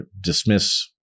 dismiss